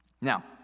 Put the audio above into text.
Now